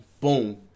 boom